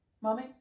mommy